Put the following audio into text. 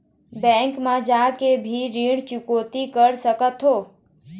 Bank मा जाके भी ऋण चुकौती कर सकथों?